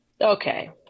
Okay